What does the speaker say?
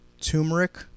turmeric